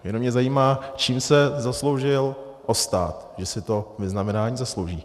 Jenom mě zajímá, čím se zasloužil o stát, že si to vyznamenání zaslouží.